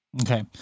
Okay